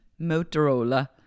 Motorola